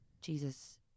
Jesus